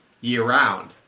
year-round